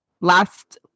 last